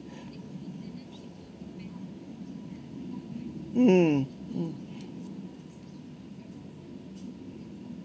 mm